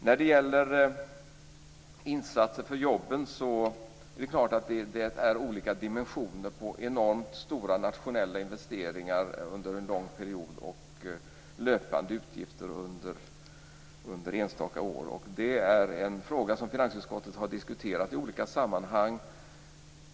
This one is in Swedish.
När det gäller insatser för jobben är det olika dimensioner på enormt stora nationella investeringar under en lång period och löpande utgifter under enstaka år. Det är en fråga som finansutskottet har diskuterat i olika sammanhang.